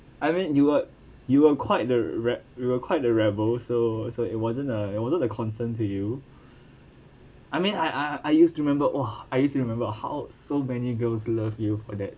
I mean you were you were quite the re~ you were quite the rebel so so it wasn't uh it wasn't a concern to you I mean I I I used to remember !whoa! I used to remember how so many girls love you for that